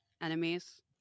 enemies